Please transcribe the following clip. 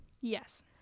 yes